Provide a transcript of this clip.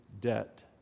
debt